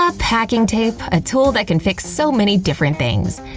ah packing tape. a tool that can fix so many different things.